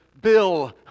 bill